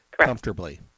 comfortably